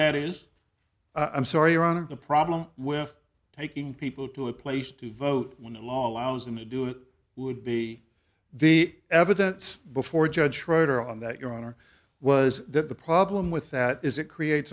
that is i'm sorry or on of the problem with taking people to a place to vote when the law allows them to do it would be the evidence before judge schroeder on that your honor was that the problem with that is it creates